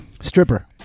Stripper